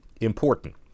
important